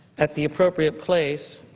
at the appropriate place,